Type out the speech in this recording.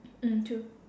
mm true